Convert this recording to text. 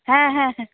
হ্যাঁ হ্যাঁ হ্যাঁ